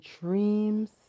dreams